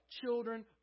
children